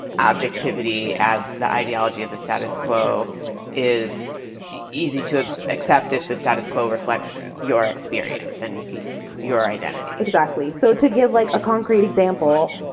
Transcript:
objectivity as the ideology of the status quo is easy to but accept if the status quo reflects your experience and your identity. exactly. so to give like a concrete example,